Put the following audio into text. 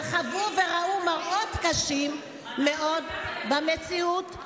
שחוו וראו מראות קשים מאוד במציאות,